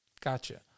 Gotcha